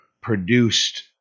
produced